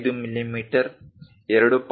5 millimetre 2